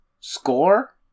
score